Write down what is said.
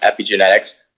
epigenetics